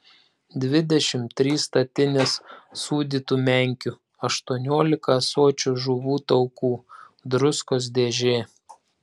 dvidešimt trys statinės sūdytų menkių aštuoniolika ąsočių žuvų taukų druskos dėžė